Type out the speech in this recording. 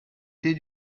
did